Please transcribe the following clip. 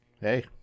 hey